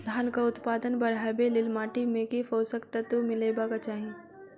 धानक उत्पादन बढ़ाबै लेल माटि मे केँ पोसक तत्व मिलेबाक चाहि?